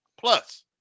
Plus